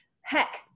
heck